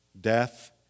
Death